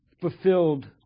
fulfilled